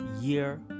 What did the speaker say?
year